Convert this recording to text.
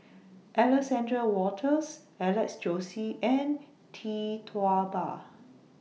Alexander Wolters Alex Josey and Tee Tua Ba